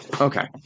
Okay